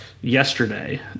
yesterday